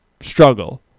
struggle